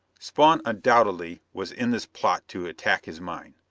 spawn undoubtedly was in this plot to attack his mine!